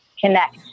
connect